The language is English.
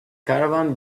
caravan